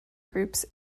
groups